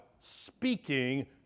speaking